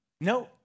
No